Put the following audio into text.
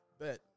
Bet